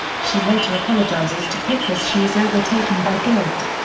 she later apologises to pip as she is overtaken by guilt.